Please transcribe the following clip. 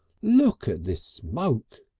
look at this smoke!